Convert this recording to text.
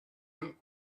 him